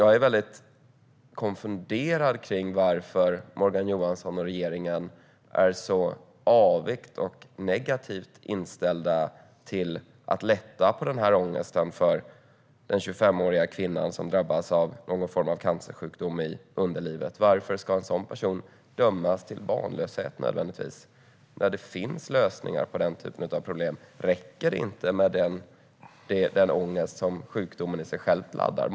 Jag är väldigt konfunderad över varför Morgan Johansson och regeringen är så avogt och negativt inställda till att lätta på ångesten för den 25-åriga kvinna som drabbas av någon form av cancersjukdom i underlivet. Varför ska en sådan person nödvändigtvis dömas till barnlöshet när det finns lösningar på den typen av problem? Räcker det inte med den ångest som sjukdomen i sig själv laddar?